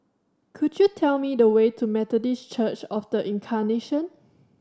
could you tell me the way to Methodist Church Of The Incarnation